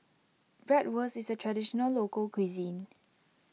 Bratwurst is a Traditional Local Cuisine